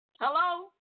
Hello